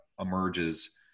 emerges